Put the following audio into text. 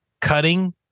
cutting